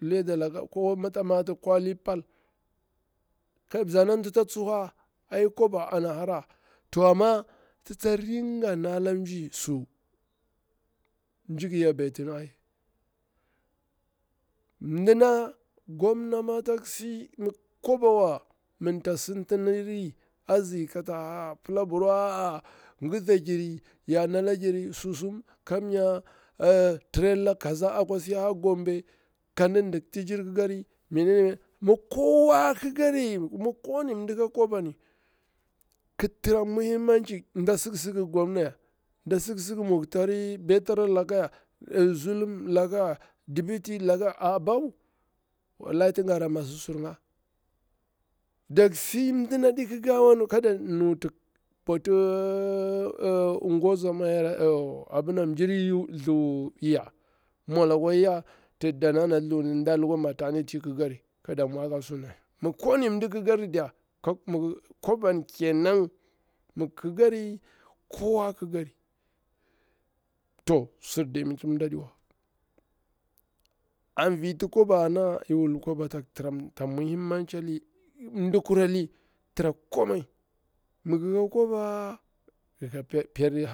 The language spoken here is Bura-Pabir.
Leader laka ko mita mati kwali pal, kai mzanani tita tsuhwa ai kwaba ana hara to amma tita rinka nala mji su, mji ƙi yaɓetini ariy. Mdina gwamnah ma tak si, mi kwabawa manta sintiniri a nzi kata pila apirwa ngiza giri ya nala ngir susum kam nya trailer kaza akwa si a gombe kadi dik tijir kikari me ne me ne, mi ko wani mɗa ka kwaba ni, mi kowa kikari ki tramta muhimmanci nda sik sik gwamnah yah, nɗa sik sik muktari betara lakaya, zulum lake ya, deouty lake yah, aa babu wallahi tin gara masti sur nga. dak si mɗi na ɗi kikawa ni kada nuti bwati mjir thu yaa, mwala kwa yala thuni, nɗa lukwa maternity ki kari kada mwa lasu ɗami, mi ko wani mɗa kikari diya kwaban kenan mi ngi kikari kowa kikari, to sur demeti mɗa adiwa an viti kwaba ana tsak tiramta muhimmanci mdi kur alli tra komai, mi ngi ka kwaba ga tsokti kyautata ala mdi kikari